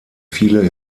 viele